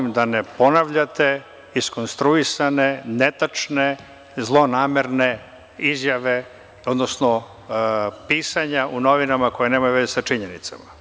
Molim vas, da ne ponavljate iskonstruisane, ne tačne, zlonamerne izjave, odnosno pisanja u novinama koje nemaju veze sa činjenicama.